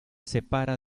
separa